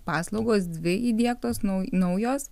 paslaugos dvi įdiegtos nau naujos